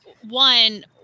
one